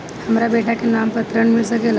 हमरा बेटा के नाम पर ऋण मिल सकेला?